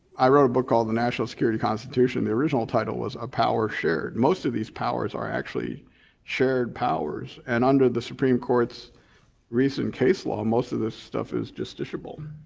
i wrote a book called the national security constitution. the original title was a power shared. most of these powers are actually shared powers and under the supreme court's recent case law, most of this stuff is justiciable,